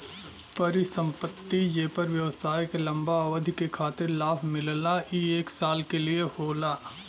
परिसंपत्ति जेपर व्यवसाय के लंबा अवधि के खातिर लाभ मिलला ई एक साल के लिये होला